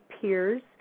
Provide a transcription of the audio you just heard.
peers